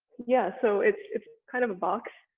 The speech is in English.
yeah so it's it's kind of a box,